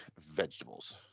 vegetables